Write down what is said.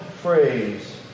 phrase